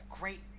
great